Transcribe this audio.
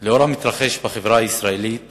לאור המתרחש בחברה הישראלית